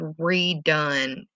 redone